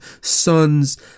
sons